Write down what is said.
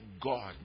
God